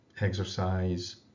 exercise